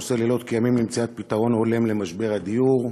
שעושה לילות כימים למציאת פתרון הולם למשבר הדיור,